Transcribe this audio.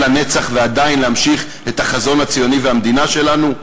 לנצח ועדיין להמשיך את החזון הציוני והמדינה שלנו?